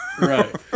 Right